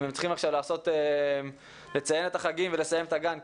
אם הם צריכים עכשיו לציין את החגים ולסיים את הגן,